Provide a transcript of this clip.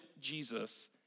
Jesus